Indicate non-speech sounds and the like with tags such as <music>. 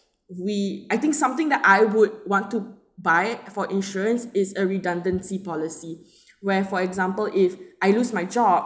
we I think something that I would want to buy for insurance is a redundancy policy <breath> where for example if I lose my job